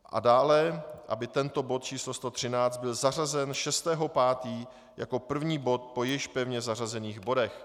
A dále aby tento bod číslo 113 byl zařazen 6. 5. jako první bod po již pevně zařazených bodech.